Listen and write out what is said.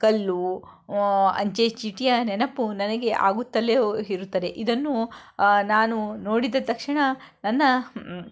ಕಲ್ಲು ಅಂಚೆ ಚೀಟಿಯ ನೆನಪು ನನಗೆ ಆಗುತ್ತಲೇ ಹೊ ಇರುತ್ತದೆ ಇದನ್ನು ನಾನು ನೋಡಿದ ತಕ್ಷಣ ನನ್ನ